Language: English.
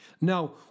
Now